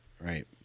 Right